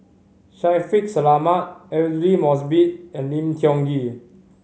Shaffiq Selamat Aidli Mosbit and Lim Tiong Ghee